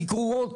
עם גרורות,